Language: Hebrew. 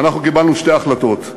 ואנחנו קיבלנו שתי החלטות.